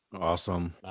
Awesome